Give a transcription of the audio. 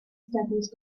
studies